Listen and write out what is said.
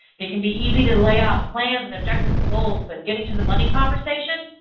it can be easy to lay out plans and objectives and goals. but getting to the money conversation,